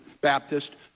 Baptist